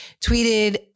tweeted